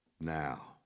now